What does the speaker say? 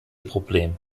problem